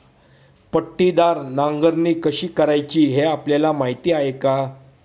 पट्टीदार नांगरणी कशी करायची हे आपल्याला माहीत आहे का?